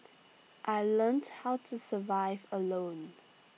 I learnt how to survive alone